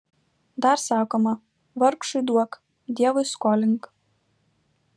dar sakoma vargšui duok dievui skolink